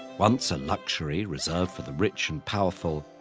once a luxury reserved for the rich and powerful,